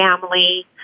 family